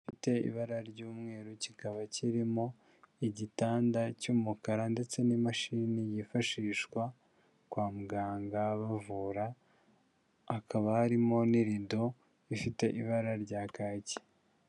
Gifite ibara ry'umweru kikaba kirimo igitanda cy'umukara ndetse n'imashini yifashishwa kwa muganga bavura, hakaba harimo n'irido rifite ibara rya kaki.